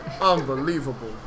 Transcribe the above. unbelievable